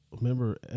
remember